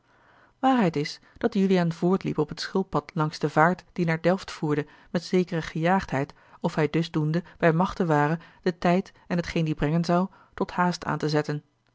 waarheid is dat juliaan voortliep op het schulppad langs de vaart die naar delft voerde met zekere gejaagdheid of hij dus doende bij machte ware den tijd en t geen die brengen zou tot haast aan te zetten